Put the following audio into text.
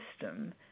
system